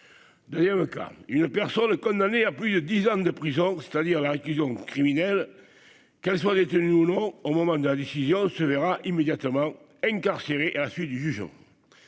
d'ailleurs cas une personne condamnée à plus de 10 ans de prison, c'est-à-dire la réclusion criminelle qu'elles soient détenus au long au moment de la décision se verra immédiatement incarcéré à la suite du juge